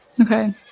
Okay